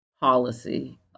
policy